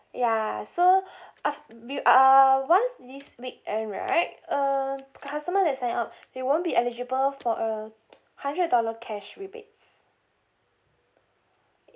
ya so ah we uh once this week end right um customer that sign up they won't be eligible for a hundred dollar cash rebates